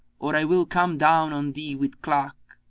or i will come down on thee with clack!